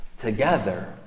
together